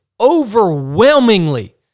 Overwhelmingly